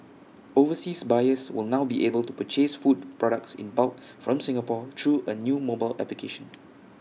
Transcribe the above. overseas buyers will now be able to purchase food products in bulk from Singapore through A new mobile application